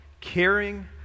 caring